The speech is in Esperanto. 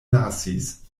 lasis